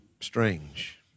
strange